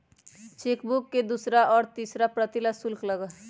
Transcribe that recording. chequebook के दूसरा और तीसरा प्रति ला शुल्क लगा हई